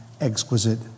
exquisite